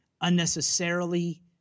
unnecessarily